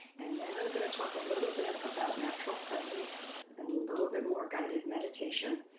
and then i'm going to talk a little bit about natural presence and a little bit more guided meditation,